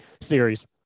series